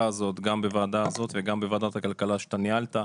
הזאת גם בוועדה הזאת וגם בוועדת הכלכלה שאתה ניהלת.